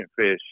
fish